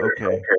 okay